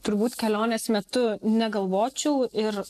turbūt kelionės metu negalvočiau ir